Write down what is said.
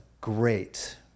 great